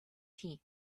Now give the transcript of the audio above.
tea